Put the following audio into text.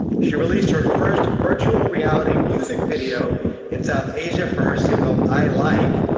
she released her first virtual reality music video in south asia for her single i like,